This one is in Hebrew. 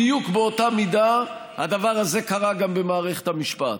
בדיוק באותה מידה הדבר הזה קרה גם במערכת המשפט.